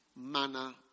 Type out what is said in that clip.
manner